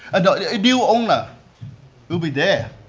and the new owner will be there.